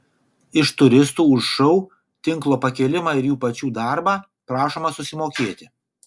iš turistų už šou tinklo pakėlimą ir jų pačių darbą prašoma susimokėti